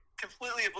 completely